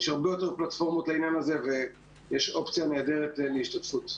יש הרבה יותר פלטפורמות לעניין הזה ויש אופציה נהדרת להשתתפות.